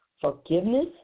forgiveness